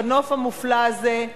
בנוף המופלא הזה,